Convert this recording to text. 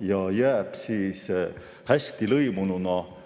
ja jääb hästi lõimununa